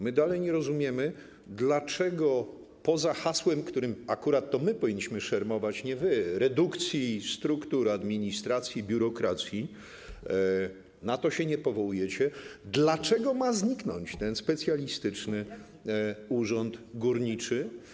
My dalej nie rozumiemy, dlaczego, poza hasłem, którym akurat to my powinniśmy szermować, nie wy, redukcji struktur administracji i biurokracji - na to się nie powołujecie - ma zniknąć ten Specjalistyczny Urząd Górniczy.